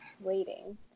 waiting